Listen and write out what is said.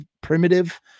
primitive